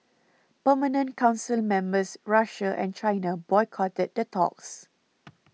permanent council members Russia and China boycotted the talks